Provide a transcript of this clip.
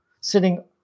sitting